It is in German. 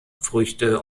früchte